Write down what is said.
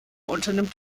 unternimmt